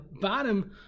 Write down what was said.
bottom